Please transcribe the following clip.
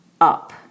up